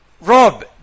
Rob